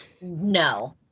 No